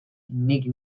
nik